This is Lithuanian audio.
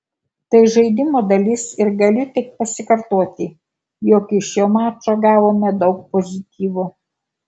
tai žaidimo dalis ir galiu tik pasikartoti jog iš šio mačo gavome daug pozityvo